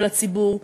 של הציבור?